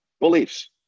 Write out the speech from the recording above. beliefs